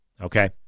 Okay